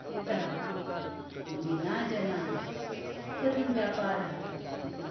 यतः विना जनाः कथं व्यापारः